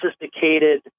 sophisticated